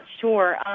sure